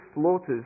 slaughters